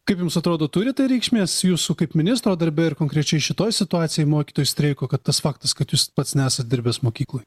kaip jums atrodo turi tai reikšmės jūsų kaip ministro darbe ir konkrečiai šitoj situacijoj mokytojų streiko kad tas faktas kad jūs pats nesat dirbęs mokykloj